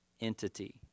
entity